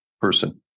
person